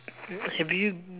have you